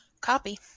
Copy